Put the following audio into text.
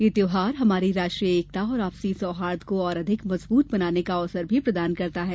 यह त्यौहार हमारी राष्ट्रीय एकता और आपसी सौहार्द्र को और अधिक मजबूत बनाने का अवसर भी प्रदान करता है